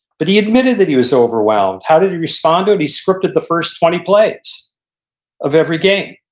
but he admitted that he was overwhelmed. how did he respond to it? he scripted the first twenty plays of every game.